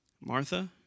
Martha